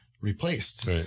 replaced